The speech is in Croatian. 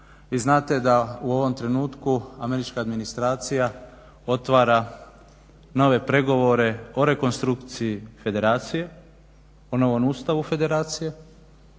Vi znate da u ovom trenutku američka administracija otvara nove pregovore o rekonstrukciji Federacije o novom Ustavu Federacije